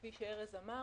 כפי שארז אמר,